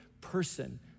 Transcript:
person